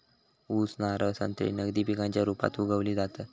ऊस, नारळ, संत्री नगदी पिकांच्या रुपात उगवली जातत